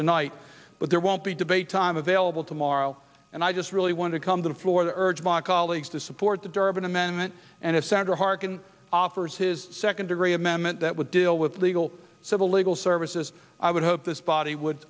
tonight but there won't be debate time available tomorrow and i just really want to come to the floor that urge my colleagues to support the durbin amendment and if senator harkin offers his second degree amendment that would deal with legal civil legal services i would hope this body would